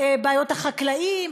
בעיות החקלאים,